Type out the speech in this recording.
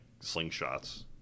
slingshots